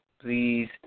please